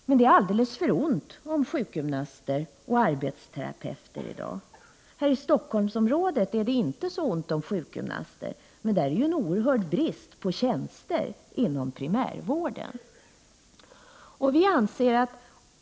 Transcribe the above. Men det är alldeles för ont om sjukgymnaster och arbetsterapeuter. I Stockholmsområdet är det inte så ont om sjukgymnaster men där är det en oerhörd brist på tjänster inom primärvården.